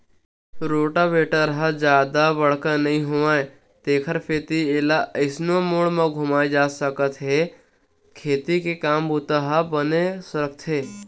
rotavator ह जादा बड़का नइ होवय तेखर सेती एला कइसनो मोड़ म घुमाए जा सकत हे खेती के काम ह बने सरकथे